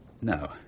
No